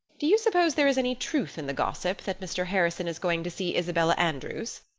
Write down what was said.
do you suppose there is any truth in the gossip that mr. harrison is going to see isabella andrews?